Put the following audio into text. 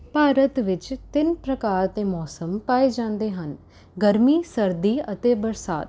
ਭਾਰਤ ਵਿਚ ਤਿੰਨ ਪ੍ਰਕਾਰ ਦੇ ਮੌਸਮ ਪਾਏ ਜਾਂਦੇ ਹਨ ਗਰਮੀ ਸਰਦੀ ਅਤੇ ਬਰਸਾਤ